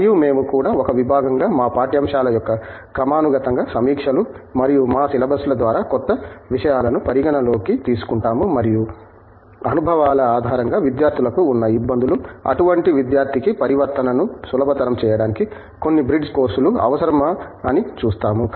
మరియు మేము కూడా ఒక విభాగంగా మా పాఠ్యాంశాల యొక్క క్రమానుగతంగా సమీక్షలు మరియు మా సిలబస్ల ద్వారా క్రొత్త విషయాలను పరిగణనలోకి తీసుకుంటాము మరియు అనుభవాల ఆధారంగా విద్యార్థులకు ఉన్న ఇబ్బందులు అటువంటి విద్యార్థికి పరివర్తనను సులభతరం చేయడానికి కొన్ని బ్రిడ్జ్ కోర్సులు అవసరమా అని చూస్తాము